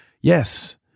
Yes